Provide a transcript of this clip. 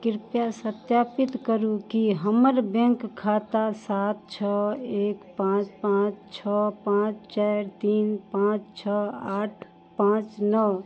कृपया सत्यापित करु कि हमर बैंक खाता सात छओ एक पाॅंच पाॅंच छओ पाॅंच चारि तीन पाॅंच छओ आठ पाॅंच नओ